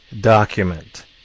document